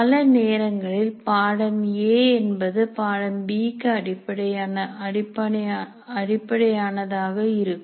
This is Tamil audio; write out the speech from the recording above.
பல நேரங்களில் பாடம் A என்பது பாடம் B க்கு அடிப்படையான தாக இருக்கும்